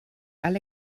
alle